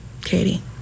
Katie